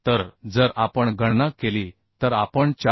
तर जर आपण गणना केली तर आपण 426